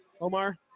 Omar